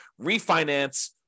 refinance